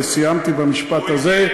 וסיימתי במשפט הזה,